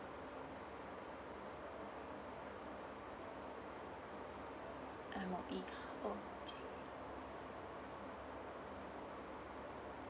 M_O_E okay